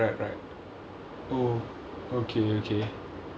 oh right right right oh okay okay